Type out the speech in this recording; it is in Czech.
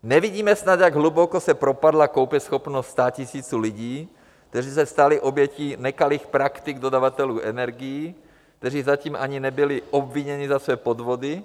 Nevidíme snad, jak hluboko se propadla koupěschopnost statisíců lidí, kteří se stali obětí nekalých praktik dodavatelů energií, kteří zatím ani nebyli obviněni za své podvody?